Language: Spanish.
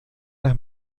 las